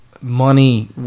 money